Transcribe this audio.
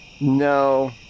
no